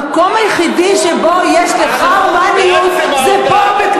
המקום היחידי שבו יש לך הומניות זה פה,